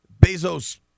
Bezos